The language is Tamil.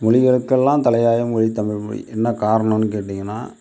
மொழிகளுக்கெல்லாம் தலையாய மொழி தமிழ்மொழி என்ன காரணோம் கேட்டிங்கன்னா